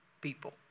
people